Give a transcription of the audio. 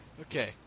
Okay